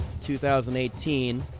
2018